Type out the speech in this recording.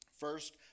First